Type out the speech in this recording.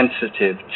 sensitive